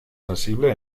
sensible